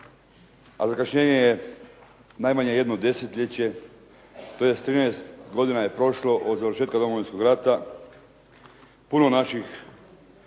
a zakašnjenje je najmanje jedno desetljeće, tj. 13 godina je prošlo od završetka Domovinskog rata. Puno naših